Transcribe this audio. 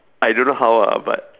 I don't know how ah but